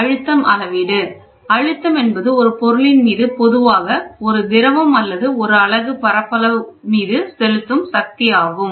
அழுத்தம் அளவீட்டு அழுத்தம் என்பது ஒரு பொருளின் மீது பொதுவாக ஒரு திரவம் அல்லது ஒரு அலகு பரப்பளவு செலுத்தும் சக்தி ஆகும்